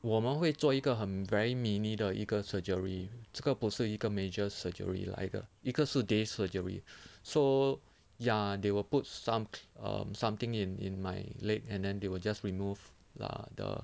我们会做一个很 very mini 的一个 surgery 这个不是一个 major surgery 来的一个是 day surgery so ya they will put some um something in in my leg and then they will just remove lah the